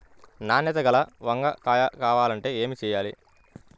నాణ్యత గల వంగ కాయ కావాలంటే ఏమి చెయ్యాలి?